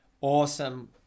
Awesome